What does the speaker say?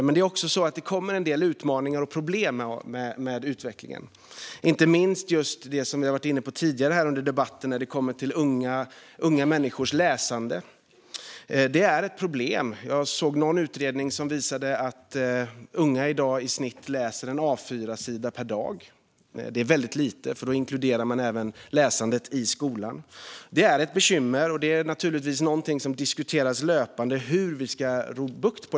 Men det kommer också en del utmaningar och problem med utvecklingen, inte minst för något som vi varit inne på tidigare under debatten: unga människors läsande. Jag såg någon utredning som visade att unga i dag i snitt läser en A4-sida per dag. Det är väldigt lite, för då inkluderar man även läsandet i skolan. Detta är ett bekymmer. Hur vi ska få bukt med det är naturligtvis någonting som diskuteras löpande.